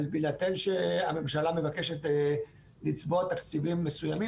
אבל בהינתן שהממשלה מבקשת לצבוע תקציבים מסוימים